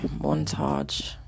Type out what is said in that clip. montage